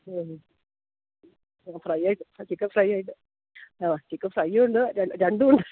ആ ആ ഫ്രൈയായിട്ട് ചിക്കൻ ഫ്രൈയായിട്ട് ആ ചിക്കൻ ഫ്രൈയ്യുമുണ്ട് രണ്ടുമുണ്ട്